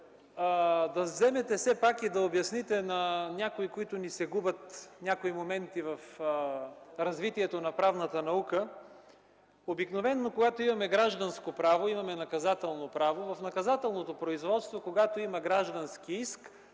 вземете все пак да обясните някои моменти, които ни се губят, в развитието на правната наука. Обикновено когато имаме гражданско право, имаме наказателно право, в наказателното производство, когато има граждански иск,